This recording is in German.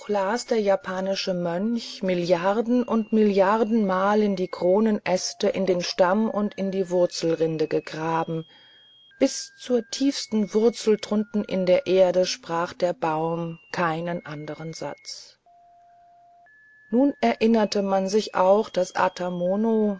las der japanische mönch milliarden und milliardenmal in die kronenäste in den stamm und in die wurzelrinden gegraben bis zur tiefsten wurzel drunten in der erde sprach der baum keinen andern satz nun erinnerte man sich auch daß